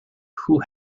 who